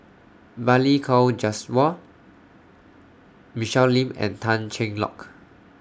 Balli Kaur Jaswal Michelle Lim and Tan Cheng Lock